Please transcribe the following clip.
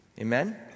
Amen